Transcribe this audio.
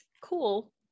cool